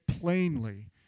plainly